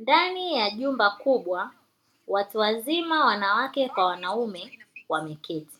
Ndani ya jumba kubwa watu wazima wanawake kwa wanaume wameketi,